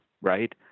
right